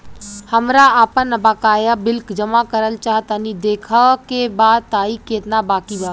हमरा आपन बाकया बिल जमा करल चाह तनि देखऽ के बा ताई केतना बाकि बा?